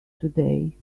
today